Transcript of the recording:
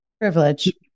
Privilege